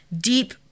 deep